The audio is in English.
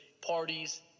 parties